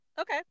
okay